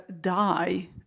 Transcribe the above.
die